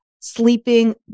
sleeping